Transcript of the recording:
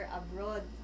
abroad